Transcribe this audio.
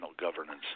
governance